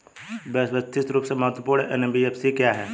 व्यवस्थित रूप से महत्वपूर्ण एन.बी.एफ.सी क्या हैं?